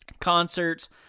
concerts